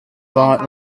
light